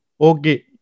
okay